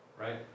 Right